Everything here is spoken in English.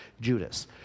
Judas